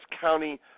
County